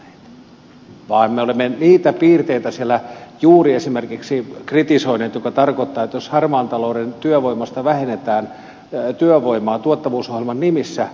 niin me emme ole sanoneet vaan me olemme esimerkiksi juuri niitä piirteitä siellä kritisoineet jotka tarkoittavat että harmaan talouden työvoimasta vähennetään työvoimaa tuottavuusohjelman nimissä